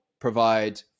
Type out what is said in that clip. provide